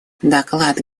доклад